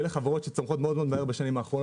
אלה חברות שצומחות מהר lemonade,